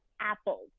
apples